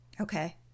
Okay